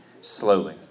slowly